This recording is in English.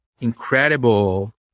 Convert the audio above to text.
incredible